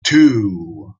two